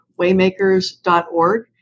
waymakers.org